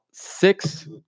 six